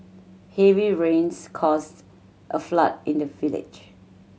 heavy rains caused a flood in the village